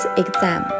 exam